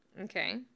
Okay